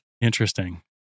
Interesting